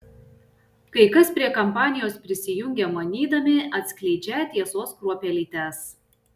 kai kas prie kampanijos prisijungia manydami atskleidžią tiesos kruopelytes